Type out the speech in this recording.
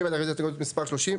מי בעד רביזיה להסתייגות מספר 139?